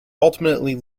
ultimately